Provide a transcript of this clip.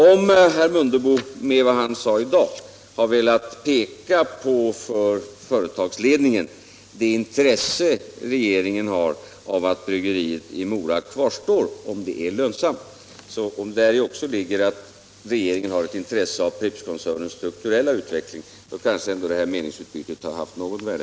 Om herr Mundebo med vad han sagt i dag har velat för företagsledningen peka på det intresse regeringen har av att bryggeriet i Mora kvarstår, såvida det är lönsamt, och om däri också ligger att regeringen har ett intresse för Prippskoncernens strukturella utveckling, då kanske ändå det här meningsutbytet har haft något värde.